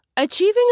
Achieving